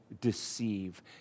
deceive